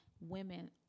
women